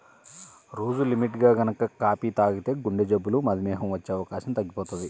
రోజూ లిమిట్గా గనక కాపీ తాగితే గుండెజబ్బులు, మధుమేహం వచ్చే అవకాశం తగ్గిపోతది